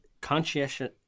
conscientious